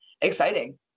exciting